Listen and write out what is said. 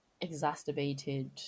exacerbated